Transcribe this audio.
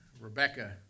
Rebecca